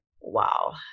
wow